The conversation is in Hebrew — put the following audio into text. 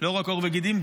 לא רק עור וגידים,